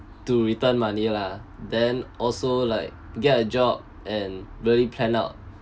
to return money lah then also like get a job and really plan out